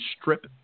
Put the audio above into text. strip